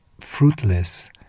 fruitless